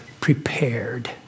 prepared